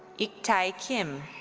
ik tae kim.